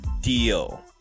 deal